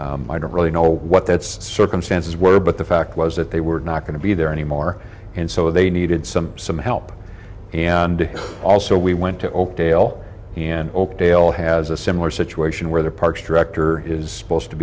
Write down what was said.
departing i don't really know what that's circumstances were but the fact was that they were not going to be there anymore and so they needed some some help and also we went to oakdale oped dale has a similar situation where the parks director is opposed to